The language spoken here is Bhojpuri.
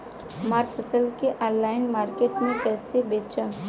हमार फसल के ऑनलाइन मार्केट मे कैसे बेचम?